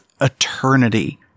eternity